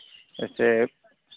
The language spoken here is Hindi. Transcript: जैसे